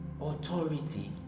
authority